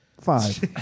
Five